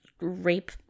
rape